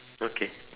okay